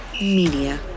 Media